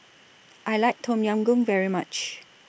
I like Tom Yam Goong very much